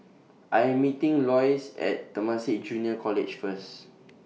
I Am meeting Lois At Temasek Junior College First